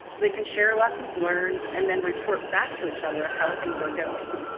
they can share lessons learned and then report back to each other how things are going.